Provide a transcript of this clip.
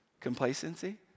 Complacency